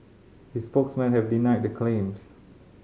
his spokesmen have denied the claims